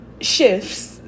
shifts